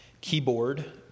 keyboard